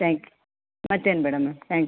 thanks ಮತ್ತೇನು ಬೇಡ ma'am thanks